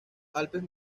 alpes